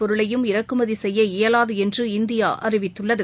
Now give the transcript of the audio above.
பொருளையும் இறக்குமதி செய்ய இயலாது என்று இந்தியா அறிவித்துள்ளது